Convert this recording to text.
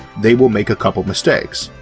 they will make a couple mistakes,